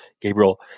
Gabriel